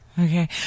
okay